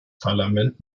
parlament